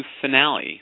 Finale